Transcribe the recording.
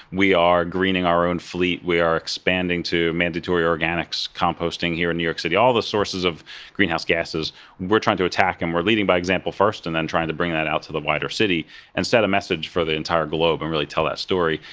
we are greening our own fleet. we are expanding to mandatory organics composting here in new york city. all the sources of greenhouse gases we're trying to attack, and we're leading by example first and then trying to bring that out to the wider city and send a message for the entire globe and really tell that story.